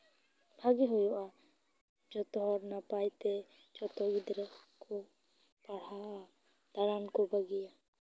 ᱵᱷᱟᱹᱜᱮ ᱦᱩᱭᱩᱜᱼᱟ ᱡᱷᱚᱛᱚ ᱦᱚᱲ ᱱᱟᱯᱟᱭ ᱛᱮ ᱡᱷᱚᱛᱚ ᱜᱤᱫᱽᱨᱟᱹ ᱠᱚ ᱯᱟᱲᱦᱟᱣᱟ ᱫᱟᱬᱟᱱ ᱠᱚ ᱵᱟᱹᱜᱤᱭᱟ